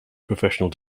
professional